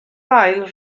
ail